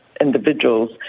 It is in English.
individuals